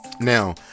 now